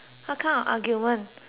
what